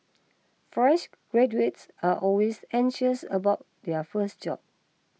fresh graduates are always anxious about their first job